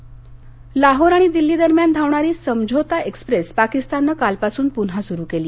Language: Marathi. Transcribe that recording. समझोता लाहोर आणि दिल्ली दरम्यान धावणारी समझोता एक्स्प्रेस पाकिस्ताननं कालपासून पुन्हा सुरू केली